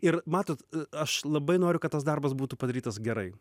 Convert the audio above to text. ir matot aš labai noriu kad tas darbas būtų padarytas gerai